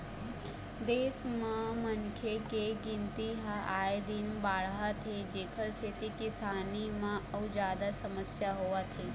देश म मनखे के गिनती ह आए दिन बाढ़त हे जेखर सेती किसानी म अउ जादा समस्या होवत हे